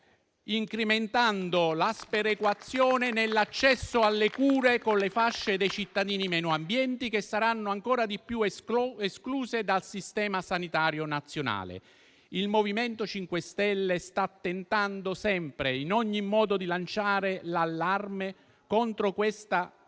incrementando la sperequazione nell'accesso alle cure con le fasce dei cittadini meno abbienti, che saranno in misura ancora maggiore escluse dal Servizio sanitario nazionale. Il MoVimento 5 Stelle sta tentando sempre, in ogni modo, di lanciare l'allarme contro questa non